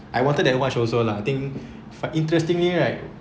I wanted that watch also lah I think fa~ interestingly right